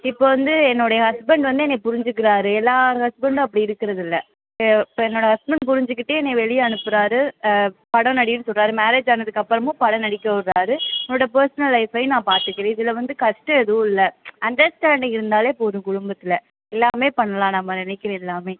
இப்போ வந்து என்னுடைய ஹஸ்பண்ட் வந்து என்னை புரிஞ்சிக்கிறார் எல்லோர் ஹஸ்பண்டும் அப்படி இருக்கிறது இல்லை இப்போ இப்போ என்னோடய ஹஸ்பண்ட் புரிஞ்சுக்கிட்டு என்னை வெளியே அனுப்புகிறாரு படம் நடின்னு சொல்கிறாரு மேரேஜ் ஆனதுக்கப்புறமும் படம் நடிக்க விட்றாரு என்னோடய பெர்சனல் லைஃப்பையும் நான் பார்த்துக்கிறேன் இதில் வந்து கஷ்டம் எதுவும் இல்லை அண்டர்ஸ்டாண்டிங் இருந்தாலே போதும் குடும்பத்தில் எல்லாமே பண்ணலாம் நம்ம நினைக்கிற எல்லாமே